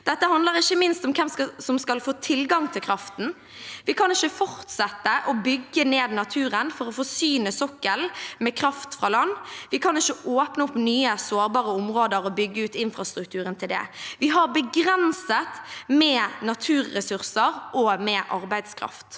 Dette handler ikke minst om hvem som skal få tilgang til kraften. Vi kan ikke fortsette å bygge ned naturen for å forsyne sokkelen med kraft fra land, vi kan ikke åpne opp nye sårbare områder og bygge ut infrastrukturen til det. Vi har begrenset med naturressurser og arbeidskraft.